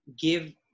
give